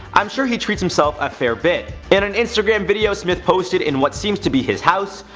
i'm sure he treats himself a fair bit. in an instagram video smith posted in what seems to be his house,